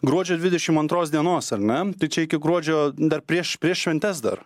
gruodžio dvidešim antros dienos ar ne tai čia iki gruodžio dar prieš prieš šventes dar